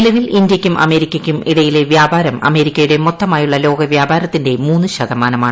നിലവിൽ ഇന്ത്യയ്ക്കും അമേരിക്കയ്ക്കും ഇടയിലെ വ്യാപാരം അമേരിക്കയുടെ മൊത്തമായുളള ലോക വ്യാപാരത്തിന്റെ മൂന്ന് ശതമാനമാണ്